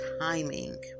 timing